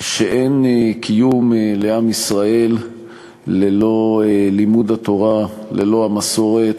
שאין קיום לעם ישראל ללא לימוד התורה, ללא המסורת.